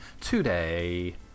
today